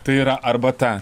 tai yra arbata